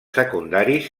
secundaris